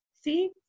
See